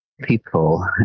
people